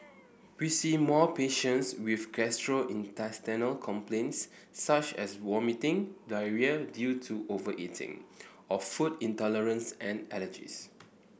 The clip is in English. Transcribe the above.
we see more patients with gastrointestinal complaints such as vomiting diarrhoea due to overeating or food intolerance and allergies